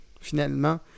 finalement